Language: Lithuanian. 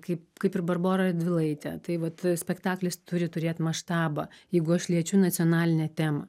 kaip kaip ir barbora radvilaitė tai vat spektaklis turi turėti maštabą jeigu aš liečiu nacionalinę temą